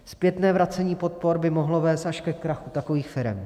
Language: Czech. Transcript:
Zpětné vracení podpor by mohlo vést až ke krachu takových firem.